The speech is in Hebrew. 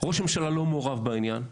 ראש הממשלה לא מעורב בעניין,